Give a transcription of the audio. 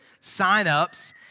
signups